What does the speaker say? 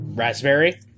Raspberry